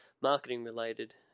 marketing-related